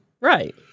Right